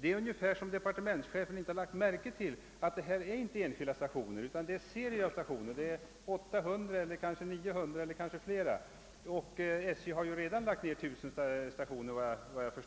Det verkar som om departementschefen inte lagt märke till att det nu inte gäller enskilda stationer. Det är fråga om serier av stationer, det gäller 800, 900 eller kanske ännu flera. Efter vad jag vet har SJ under de senaste åren lagt ned tusentalet stationer. Detta kan inte betraktas